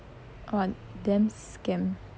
oh damn scam